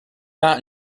not